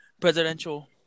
presidential